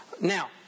Now